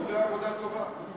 הוא עושה עבודה טובה.